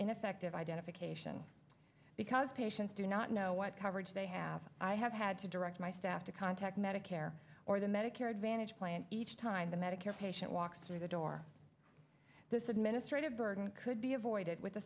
ineffective identification because patients do not know what coverage they have i have had to direct my staff to contact medicare or the medicare advantage plan each time the medicare patient walks through the door this administrative burden could be avoided with the